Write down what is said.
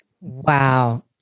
Wow